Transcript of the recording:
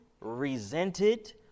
resented